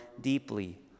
deeply